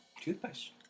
Toothpaste